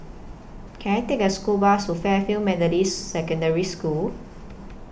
Can I Take A School Bus to Fairfield Methodist Secondary School